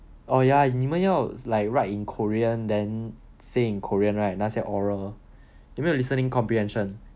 oh ya 你们要 like write in korean then say in korean right 那些 oral 有没有 listening comprehension